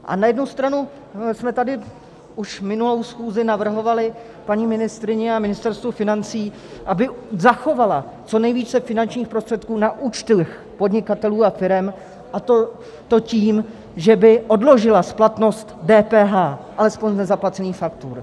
A na jednu stranu jsme tady už minulou schůzi navrhovali paní ministryni a Ministerstvu financí, aby zachovaly co nejvíce finančních prostředků na účtech podnikatelů a firem, a to tím, že by odložily splatnost DPH alespoň z nezaplacených faktur.